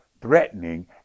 threatening